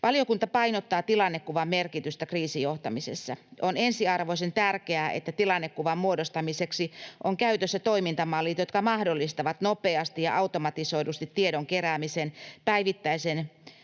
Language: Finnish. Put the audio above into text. Valiokunta painottaa tilannekuvan merkitystä kriisijohtamisessa. On ensiarvoisen tärkeää, että tilannekuvan muodostamiseksi on käytössä toimintamallit, jotka mahdollistavat nopeasti ja automatisoidusti tiedon keräämisen, päivittämisen